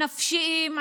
הנפשיים,